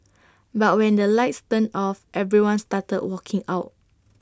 but when the lights turned off everyone started walking out